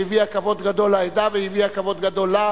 שהביאה כבוד גדול לעדה והביאה כבוד גדול לה.